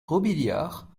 robiliard